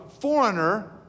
foreigner